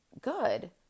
good